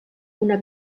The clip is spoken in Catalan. una